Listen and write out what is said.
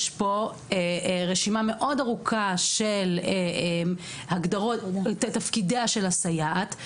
יש פה רשימה מאוד ארוכה של תפקידיה של הסייעת.